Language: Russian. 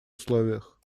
условиях